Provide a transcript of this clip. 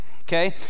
Okay